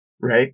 right